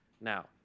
Now